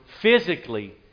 physically